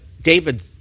David